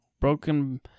broken